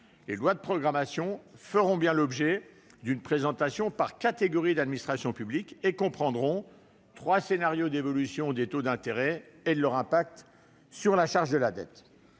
les lois de programmation feront bien l'objet d'une présentation par catégorie d'administration publique, et comprendront trois scénarios d'évolution des taux d'intérêt, avec leurs conséquences sur la charge de la dette.